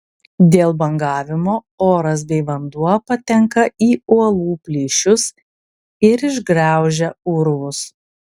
dėl bangavimo oras bei vanduo patenka į uolų plyšius ir išgraužia urvus